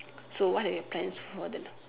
so what are your plans for the